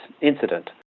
incident